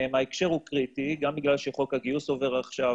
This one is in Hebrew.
ההקשר הוא קריטי גם בגלל שחוק הגיוס עובר עכשיו,